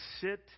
sit